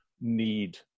need